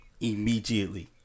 immediately